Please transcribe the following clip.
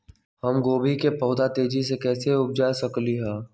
हम गोभी के पौधा तेजी से कैसे उपजा सकली ह?